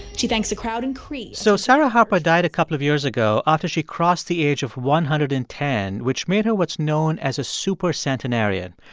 she thanks the crowd in cree so sarah harper died a couple of years ago after she crossed the age of one hundred and ten, which made her what's known as a supercentenarian.